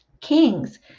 Kings